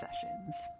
sessions